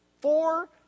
four